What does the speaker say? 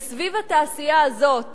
וסביב התעשייה הזאת